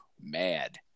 mad